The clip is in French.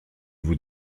vous